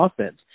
offense